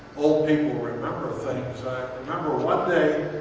old people remember things. i remember one day